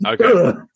Okay